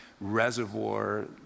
reservoir